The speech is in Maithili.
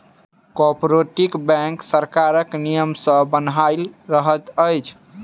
कोऔपरेटिव बैंक सरकारक नियम सॅ बन्हायल रहैत अछि